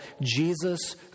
Jesus